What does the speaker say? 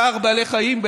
צער בעלי חיים,